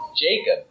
Jacob